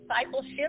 discipleship